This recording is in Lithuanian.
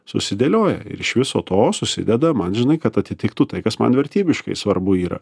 susidėlioja ir iš viso to susideda man žinai kad atitiktų tai kas man vertybiškai svarbu yra